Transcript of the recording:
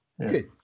Good